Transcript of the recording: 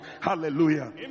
Hallelujah